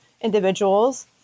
individuals